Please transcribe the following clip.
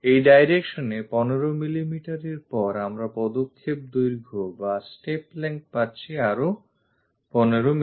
এই direction এ 15 mm র পর আমরা পদক্ষেপ দৈর্ঘ্য বা step length পাচ্ছি আরও 15mm